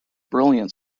brilliant